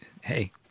Hey